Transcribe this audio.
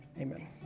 amen